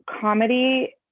comedy